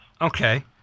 Okay